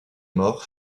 morts